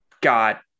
got